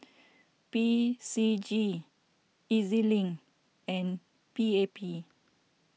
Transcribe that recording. P C G E Z Link and P A P